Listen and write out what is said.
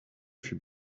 fut